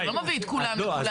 אתה לא מביא את כולם מכולם.